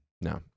No